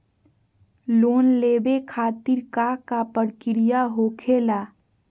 Loan लेवे खातिर का का प्रक्रिया होखेला?